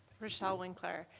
rochelle winkler.